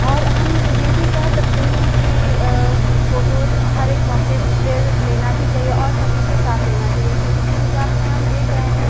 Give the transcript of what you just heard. और हम ये भी कहे सकते हैं कि फ़ोटोज़ हर एक मौके पर लेना भी चाहिए और सभी के साथ लेना चाहिए क्योंकि जिस हिसाब से हम देख रहे हैं